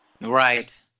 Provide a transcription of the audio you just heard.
right